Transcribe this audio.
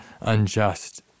unjust